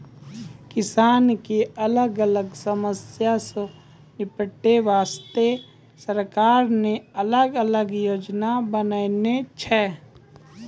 किसान के अलग अलग समस्या सॅ निपटै वास्तॅ सरकार न अलग अलग योजना बनैनॅ छै